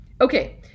Okay